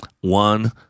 One